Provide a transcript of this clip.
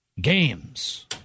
Games